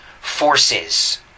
forces